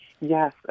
Yes